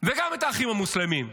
וגם את האחים המוסלמים.